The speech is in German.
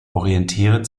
orientieren